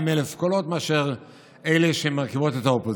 200,000 קולות מאשר אלה שמרכיבות את האופוזיציה.